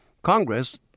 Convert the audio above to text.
Congress